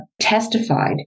testified